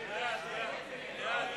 מי